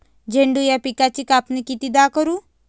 झेंडू या पिकाची कापनी कितीदा करू?